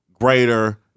greater